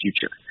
future